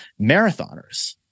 marathoners